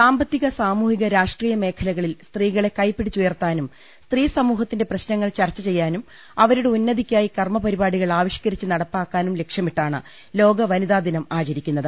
സാമ്പത്തിക സാമൂഹിക രാഷ്ട്രീയ മേഖലകളിൽ സ്ത്രീകളെ കൈപിടിച്ച് ഉയർത്താനും സ്ത്രീസമൂഹത്തിന്റെ പ്രശ്നങ്ങൾ ചർച്ച ചെയ്യാനും അവരുടെ ഉന്ന തിക്കായി കർമ്മ പരിപാടികൾ ആവിഷ്ക്കരിച്ച് നടപ്പാക്കാനും ലക്ഷ്യ മിട്ടാണ് ലോക വനിതാ ദിനം ആചരിക്കുന്നത്